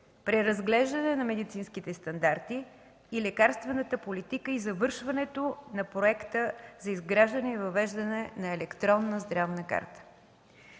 преразглеждането на медицинските стандарти и лекарствената политика и завършването на проекта за изграждане и въвеждане на електронна здравна карта.